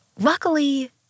Luckily